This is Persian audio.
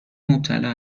مبتلا